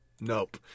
Nope